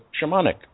shamanic